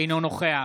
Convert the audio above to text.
אינו נוכח